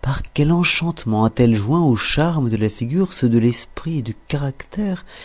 par quel enchantement a-t-elle joint aux charmes de la figure ceux de l'esprit et du caractère